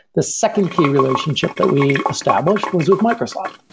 the second key relationship that we established was with microsoft.